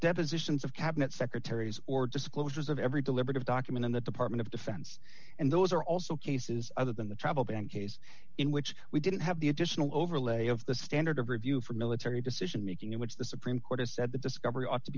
depositions of cap that secretaries or disclosures of every deliberative document in the department of defense and those are also cases other than the travel ban case in which we didn't have the additional overlay of the standard of review for military decision making in which the supreme court has said the discovery